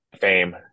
fame